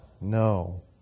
No